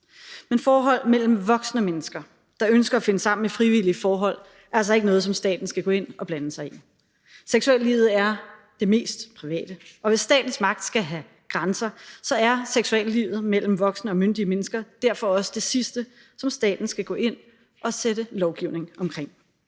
Men forhold mellem voksne mennesker, der ønsker at finde sammen i frivillige forhold, er altså ikke noget, som staten skal gå ind og blande sig i. Seksuallivet er det mest private, og hvis statens magt skal have grænser, så er seksuallivet mellem voksne og myndige mennesker derfor også det sidste, som staten skal gå ind og sætte lovgivning omkring.